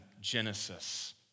Genesis